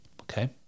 okay